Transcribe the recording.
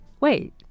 Wait